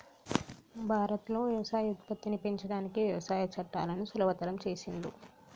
భారత్ లో వ్యవసాయ ఉత్పత్తిని పెంచడానికి వ్యవసాయ చట్టాలను సులభతరం చేసిండ్లు